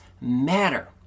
matter